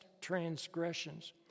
transgressions